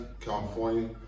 California